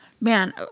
man